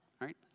right